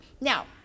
Now